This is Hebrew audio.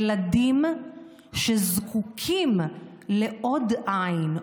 ילדים שזקוקים לעוד עין,